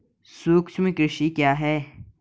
सूक्ष्म कृषि क्या है?